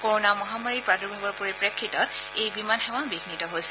corona মহামাৰীৰ প্ৰাদুৰ্ভাৱৰ পৰিপ্ৰেক্ষিতত এই বিমান সেৱা বিঘ্নিত হৈছিল